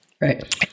Right